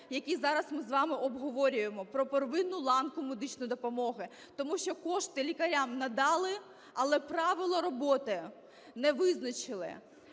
який зараз ми з вами обговорюємо – про первинну ланку медичної допомоги. Тому що кошти лікарям надали, але правила роботи не визначили: